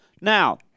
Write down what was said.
Now